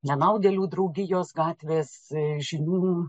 nenaudėlių draugijos gatvės žinių